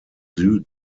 süden